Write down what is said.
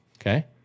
Okay